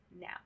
now